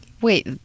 Wait